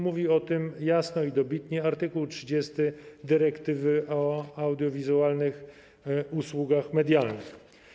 Mówi o tym jasno i dobitnie art. 30 dyrektywy o audiowizualnych usługach medialnych.